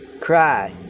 cry